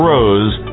Rose